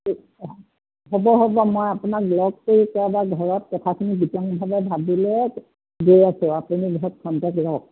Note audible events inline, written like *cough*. *unintelligible* হ'ব হ'ব মই আপোনাক লগ কৰি বা ঘৰত কথাখিনি বিতংভাৱে ভাৱিলে গৈ আছোঁ আপুনি ঘৰত খন্তেক ৰওক